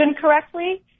correctly